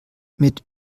mit